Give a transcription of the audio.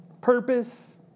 Purpose